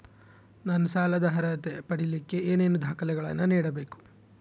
ನಾನು ಸಾಲದ ಅರ್ಹತೆ ಪಡಿಲಿಕ್ಕೆ ಏನೇನು ದಾಖಲೆಗಳನ್ನ ನೇಡಬೇಕು?